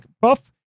buff